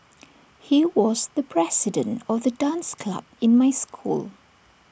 he was the president of the dance club in my school